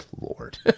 lord